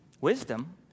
Wisdom